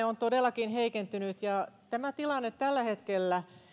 on todellakin heikentynyt ja tämä tilanne tällä hetkellä